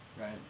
right